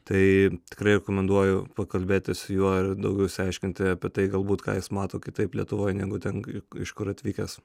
tai tikrai rekomenduoju pakalbėti su juo ir daugiau išsiaiškinti apie tai galbūt ką jis mato kitaip lietuvoj negu ten iš kur atvykęs